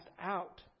out